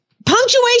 punctuation